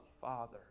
Father